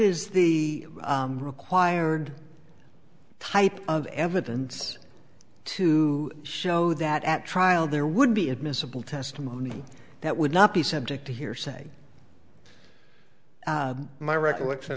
is the required type of evidence to show that at trial there would be admissible testimony that would not be subject to hearsay my recollection